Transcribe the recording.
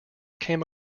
came